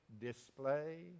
display